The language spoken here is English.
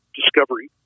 discovery